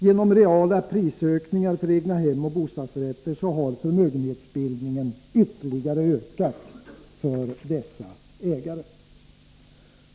Genom reala prisökningar för egnahem och bostadsrätter har förmögenhetsbildningen ytterligare ökat för dessa ägare.